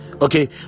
okay